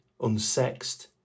unsexed